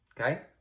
Okay